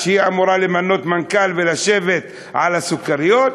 והיא אמורה למנות מנכ"ל ולשבת על הסוכריות,